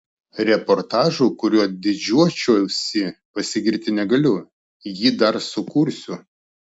reportažu kuriuo didžiuočiausi pasigirti negaliu jį dar sukursiu